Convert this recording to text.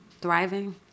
thriving